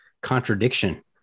contradiction